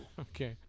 Okay